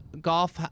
golf